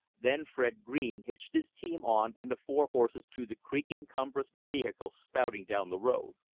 then fred green hitched his team on and the four horses drew the creaking, cumbrous vehicle spouting down the road.